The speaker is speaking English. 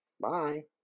bye